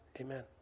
Amen